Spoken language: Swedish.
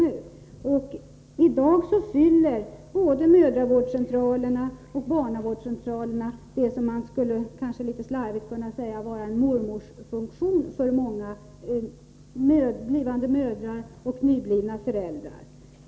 I dag fyller både mödravårdscentralerna och barnavårdscentralerna den uppgift som man litet slarvigt kanske kan kalla mormorsfunktion för många blivande mödrar och nyblivna föräldrar.